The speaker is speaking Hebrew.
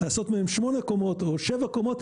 לעשות מהם שמונה קומות או שבע קומות,